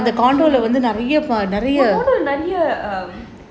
நிறைய:niraiya